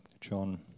John